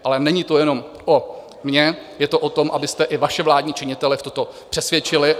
Ale není to jenom o mně, je to o tom, abyste i vaše vládní činitele o tom přesvědčili.